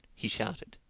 he shouted.